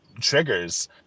triggers